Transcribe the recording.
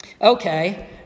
okay